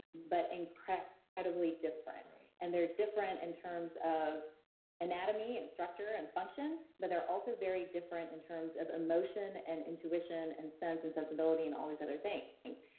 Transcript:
but incredibly incredibly different and they're different in terms of anatomy and structure, and function, but they're also very different in terms of emotion and intuition, and sense and sensibility, and all these other things.